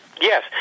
Yes